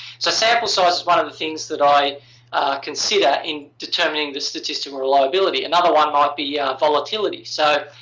so sample size is one of the things that i consider in determining the statistical reliability. another one might be volatility. so,